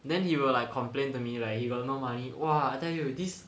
then he will like complain to me like he got no money !wah! I tell you this